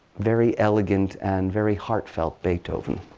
very elegant, and very heartfelt beethoven.